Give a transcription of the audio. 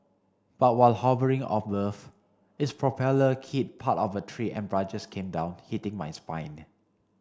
but while hovering above its propeller hit part of a tree and branches came down hitting my spine